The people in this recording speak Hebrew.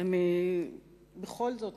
אני בכל זאת